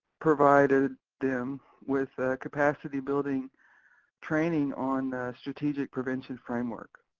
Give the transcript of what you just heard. provided them with a capacity-building training on a strategic prevention framework.